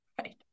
Right